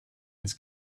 his